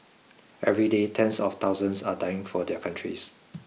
every day tens of thousands are dying for their countries